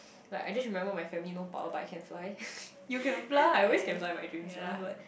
but I just she remember my family no power but I can fly I always can fly in my dreams lah but